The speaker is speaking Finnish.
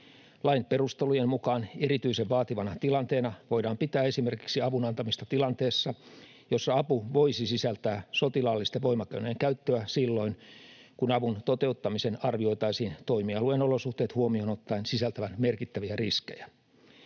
Lain perustelujen mukaan erityisen vaativana tilanteena voidaan pitää esimerkiksi avun antamista tilanteessa, jossa apu voisi sisältää sotilaallisten voimakeinojen käyttöä silloin, kun avun toteuttamisen arvioitaisiin toimialueen olosuhteet huomioon ottaen sisältävän merkittäviä riskejä.